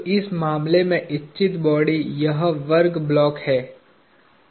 तो इस मामले में इच्छित बॉडी यह वर्ग ब्लॉक है